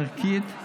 ערכית,